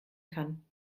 kann